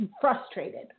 frustrated